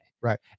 right